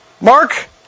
Mark